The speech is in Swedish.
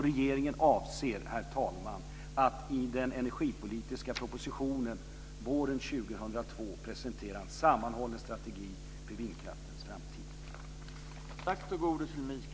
Regeringen avser, herr talman, att i den energipolitiska propositionen våren 2002 presentera en sammanhållen strategi för vindkraftens framtid.